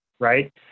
right